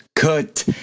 Cut